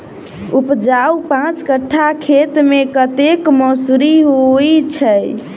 उपजाउ पांच कट्ठा खेत मे कतेक मसूरी होइ छै?